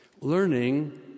learning